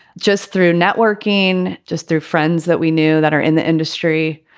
just through networking, just through friends that we knew that are in the industry.